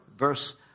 verse